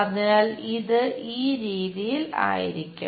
അതിനാൽ ഇത് ഈ രീതിയിൽ ആയിരിക്കും